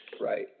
Right